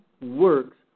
works